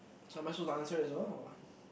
so am I supposed to answer as well or